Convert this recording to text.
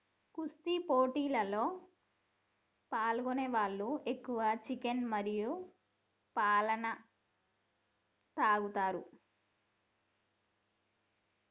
కుస్తీ పోటీలలో పాల్గొనే వాళ్ళు ఎక్కువ చికెన్ మరియు పాలన తాగుతారు